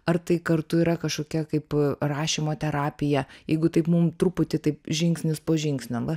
ar tai kartu yra kažkokia kaip rašymo terapija jeigu taip mum truputį taip žingsnis po žingsnio va